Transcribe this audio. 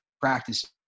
practice